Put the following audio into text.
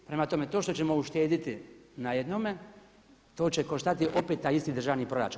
Prema tome, to što ćemo uštediti na jednome to će koštati opet taj isti proračun.